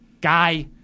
Guy